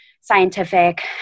scientific